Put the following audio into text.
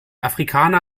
afrikaner